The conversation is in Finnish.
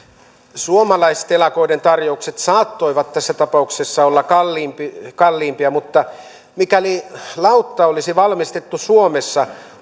suomalaistelakoiden tarjoukset saattoivat tässä tapauksessa olla kalliimpia mutta mikäli lautta olisi valmistettu suomessa